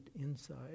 inside